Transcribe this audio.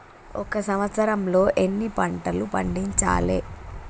ఒక సంవత్సరంలో ఎన్ని పంటలు పండించాలే?